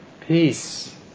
peace